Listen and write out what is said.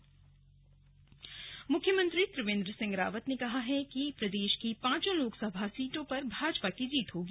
slug मुख्यमंत्री आरोप मुख्यमंत्री त्रिवेंद्र सिंह रावत ने कहा है कि प्रदेश की पांचों लोकसभा सीटों पर भाजपा की जीत होगी